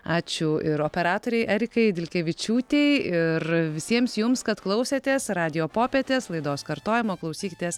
ačiū ir operatorei erikai vilkevičiūtei ir visiems jums kad klausėtės radijo popietės laidos kartojimo klausykitės